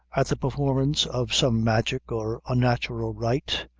at the performance of some magic or unnatural rite,